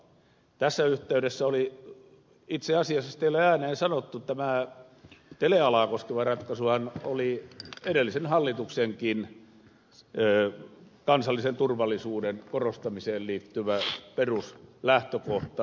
tässä yhteydessä itse asiassa sitä ei ole ääneen sanottu tämä telealaa koskeva ratkaisuhan oli edellisen hallituksenkin kansallisen turvallisuuden korostamiseen liittyvä peruslähtökohta